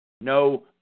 No